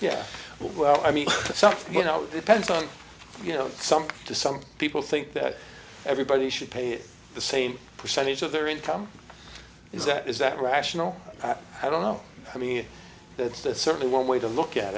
yeah well i mean some you know it depends on you know some to some people think that everybody should pay the same percentage of their income is that is that rational i don't know i mean that's that's certainly one way to look at